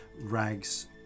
rags